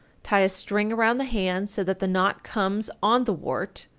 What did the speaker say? tie a string around the hand so that the knot comes on the wart.